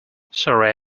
sorry